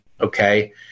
okay